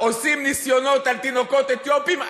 עושים ניסיונות על תינוקות אתיופים,